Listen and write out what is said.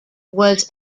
was